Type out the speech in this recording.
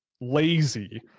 lazy